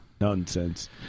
Nonsense